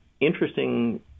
Interesting